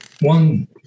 one